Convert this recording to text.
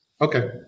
Okay